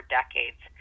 decades